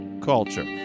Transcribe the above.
Culture